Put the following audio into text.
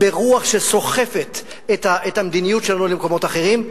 ברוח שסוחפת את המדיניות שלנו למקומות אחרים.